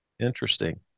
Interesting